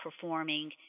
performing